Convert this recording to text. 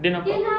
dia nampak